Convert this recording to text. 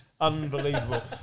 Unbelievable